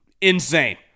Insane